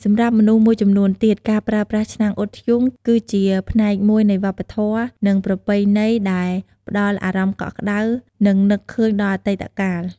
សម្រាប់មនុស្សមួយចំនួនទៀត ការប្រើប្រាស់ឆ្នាំងអ៊ុតធ្យូងគឺជាផ្នែកមួយនៃវប្បធម៌ និងប្រពៃណី ដែលផ្តល់អារម្មណ៍កក់ក្ដៅ និងនឹកឃើញដល់អតីតកាល។